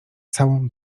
całą